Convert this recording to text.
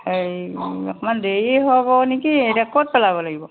এই অকণমান দেৰি হ'ব নেকি এতিয়া ক'ত পেলাব লাগিব